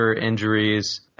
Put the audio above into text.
injuries